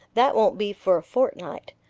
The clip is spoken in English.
that won't be for a fortnight.